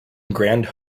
grand